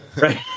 Right